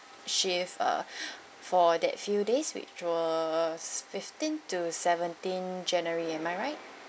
shift uh for that few days which was fifteen to seventeen january am I right